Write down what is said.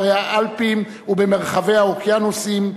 בהרי האלפים ובמרחבי האוקיינוסים,